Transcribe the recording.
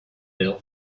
bill